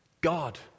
God